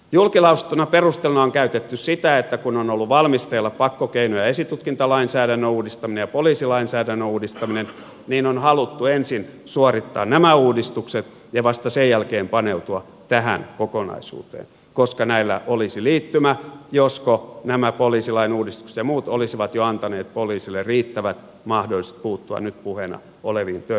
julkilausuttuna perusteluna on käytetty sitä että kun on ollut valmisteilla pakkokeino ja esitutkintalainsäädännön uudistaminen ja poliisilainsäädännön uudistaminen niin on haluttu ensin suorittaa nämä uudistukset ja vasta sen jälkeen paneutua tähän kokonaisuuteen koska näillä olisi liittymä josko nämä poliisilain uudistukset ja muut olisivat jo antaneet poliisille riittävät mahdollisuudet puuttua nyt puheena oleviin törkeisiin rikoksiin